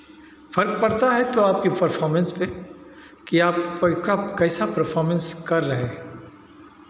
फ़र्क पड़ता है तो आपके परफाॅर्मेंस पे कि आप कैसा परफाॅर्मेंस कर रहे हैं